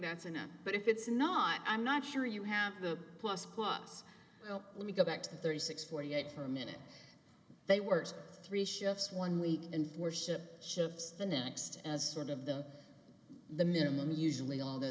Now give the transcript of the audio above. that's enough but if it's not i'm not sure you have the plus plus let me go back to the thirty six forty eight for a minute they were three shifts one week and worship ships the next as one of them the minimum usually although